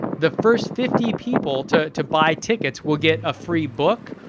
the first fifty people to to buy tickets will get a free book,